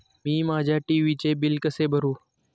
मी माझ्या टी.व्ही चे बिल कसे भरू?